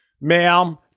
Ma'am